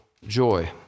joy